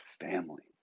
family